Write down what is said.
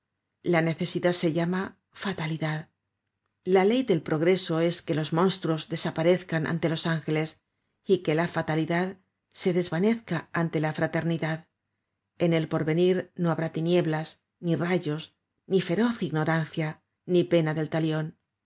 la necesidad se llama fatalidad la ley del progreso es que los monstruos desaparezcan ante los ángeles y que la fatalidad se desvanezca ante la fraternidad en el porvenir no habrá tinieblas ni rayos ni feroz ignorancia ni pena del talion